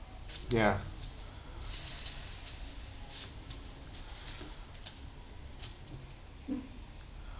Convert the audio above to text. ya